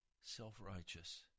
Self-righteous